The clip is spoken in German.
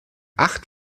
acht